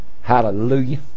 Hallelujah